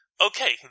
okay